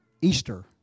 Easter